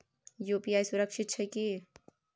UPI सुरक्षित छै की?